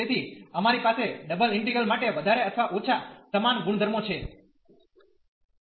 તેથી અમારી પાસે ડબલ ઇન્ટિગ્રલ માટે વધારે અથવા ઓછા સમાન ગુણધર્મો છે